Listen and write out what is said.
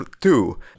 two